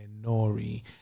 Nori